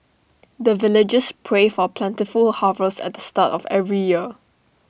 the villagers pray for plentiful harvest at the start of every year